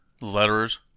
letters